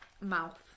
mouth